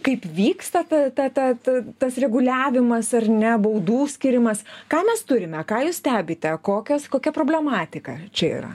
kaip vyksta ta ta ta ta tas reguliavimas ar ne baudų skyrimas ką mes turime ką jūs stebite kokios kokia problematika čia yra